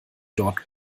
dort